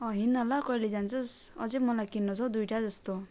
हिँड न ल कहिले जान्छस् अझै मलाई किन्नु छ हौ दुईवटा जस्तो